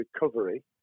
recovery